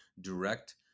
direct